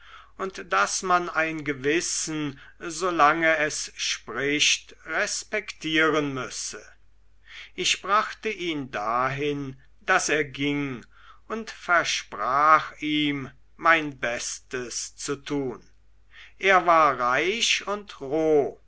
und daß man ein gewissen solange es spricht respektieren müsse ich brachte ihn dahin daß er ging und versprach mein bestes zu tun er war reich und roh